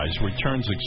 returns